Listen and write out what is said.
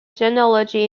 genealogy